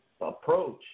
approach